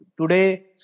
Today